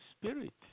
spirit